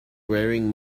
wearing